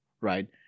right